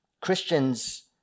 Christians